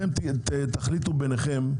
תחליטו ביניכם,